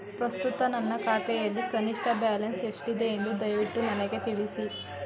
ಪ್ರಸ್ತುತ ನನ್ನ ಖಾತೆಯಲ್ಲಿ ಕನಿಷ್ಠ ಬ್ಯಾಲೆನ್ಸ್ ಎಷ್ಟಿದೆ ಎಂದು ದಯವಿಟ್ಟು ನನಗೆ ತಿಳಿಸಿ